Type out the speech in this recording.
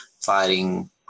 firing